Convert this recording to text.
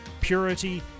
purity